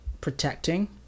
protecting